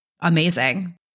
amazing